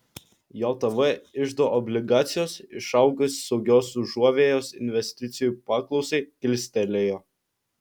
jav iždo obligacijos išaugus saugios užuovėjos investicijų paklausai kilstelėjo